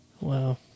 Wow